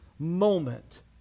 Moment